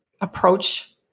approach